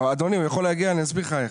אדוני, הוא יכול להגיע ואני אסביר לך איך.